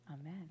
Amen